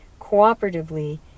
cooperatively